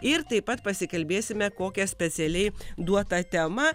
ir taip pat pasikalbėsime kokią specialiai duota tema